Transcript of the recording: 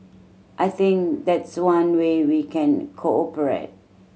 I think that's one way we can cooperate